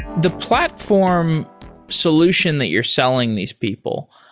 the platform solution that you're selling these people,